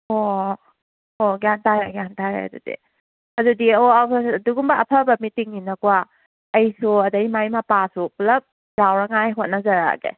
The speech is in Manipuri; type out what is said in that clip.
ꯑꯣ ꯑꯣ ꯒ꯭ꯌꯥꯟ ꯇꯥꯔꯦ ꯑꯩ ꯒ꯭ꯌꯥꯟ ꯇꯥꯔꯦ ꯑꯗꯨꯗꯤ ꯑꯗꯨꯗꯤ ꯑꯣ ꯑꯗꯨꯒꯨꯝꯕ ꯑꯐꯕ ꯃꯤꯇꯤꯡꯅꯤꯅꯀꯣ ꯑꯩꯁꯨ ꯑꯗꯩ ꯃꯥꯏ ꯃꯄꯥꯁꯨ ꯄꯨꯂꯞ ꯌꯥꯎꯅꯉꯥꯏ ꯍꯣꯠꯅꯖꯔꯛꯑꯒꯦ